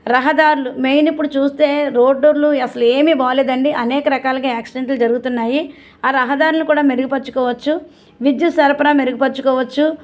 రహదారులు మెయిన్ ఇప్పుడు చూస్తే రోడ్లు అసలు ఏమీ బాగా లేదండి అనేక రకాలుగా యాక్సిడెంట్లు జరుగుతున్నాయి ఆ రహదారులు కూడా మెరుగుపరచుకోవచ్చు విద్యుత్ సరఫరా మెరుగుపరుచుకోవచ్చు